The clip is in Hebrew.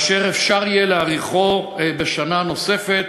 אפשר יהיה להאריכו בשנה נוספת